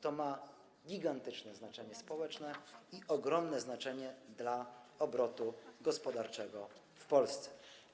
To ma gigantyczne znaczenie społeczne i ogromne znaczenie dla obrotu gospodarczego w Polsce.